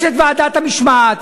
יש את ועדת המשמעת,